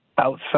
outside